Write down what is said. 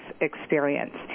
experience